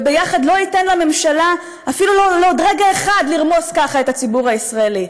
וביחד לא ניתן לממשלה אפילו לא עוד רגע אחד לרמוס כך את הציבור הישראלי.